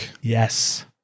Yes